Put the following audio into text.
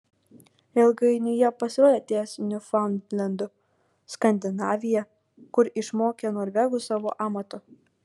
ilgainiui jie pasirodė ties niufaundlendu skandinavija kur išmokė norvegus savo amato